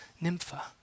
Nympha